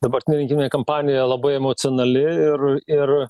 dabartinė rinkiminė kampanija labai emocionali ir ir